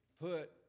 put